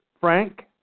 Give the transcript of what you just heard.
Frank